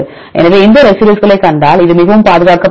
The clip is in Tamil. எனவே அதே ரெசிடியூஸ்களைக் கண்டால் இது மிகவும் பாதுகாக்கப்படுகிறது